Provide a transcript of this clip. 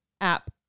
app